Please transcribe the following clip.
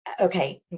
okay